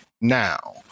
now